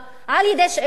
על-ידי שאילתות,